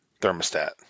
thermostat